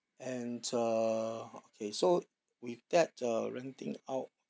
and uh okay so with that uh renting out